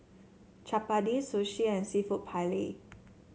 Chapati Sushi and seafood Paella